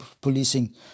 policing